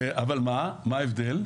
אבל מה ההבדל?